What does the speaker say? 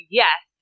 yes